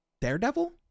Daredevil